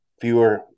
fewer